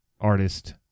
artist